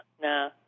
No